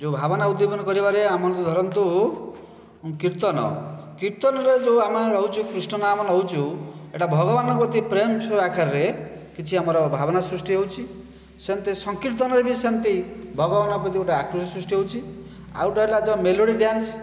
ଯେଉଁ ଭାବନା ଉଦ୍ଦୀପନ କରିବାରେ ଆମର ଧରନ୍ତୁ କୀର୍ତ୍ତନ କୀର୍ତ୍ତନରେ ଯେଉଁ ଆମେ ରହୁଛୁ କୃଷ୍ଣ ନାମ ନେଉଛୁ ଏଇଟା ଭଗବାନଙ୍କ ଅତି ପ୍ରେମ ଆକାରରେ କିଛି ଆମର ଭାବନା ସୃଷ୍ଟି ହେଉଛି ସେମିତି ସଂକୀର୍ତ୍ତନରେ ବି ସେମିତି ଭଗବାନଙ୍କ ପ୍ରତି ଗୋଟିଏ ଆକୃଷ୍ଟ ସୃଷ୍ଟି ହେଉଛି ଆଉ ଗୋଟିଏ ହେଲା ଯେଉଁ ମେଲୋଡି ଡ୍ୟାନ୍ସ